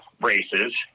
races